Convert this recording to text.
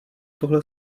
tohle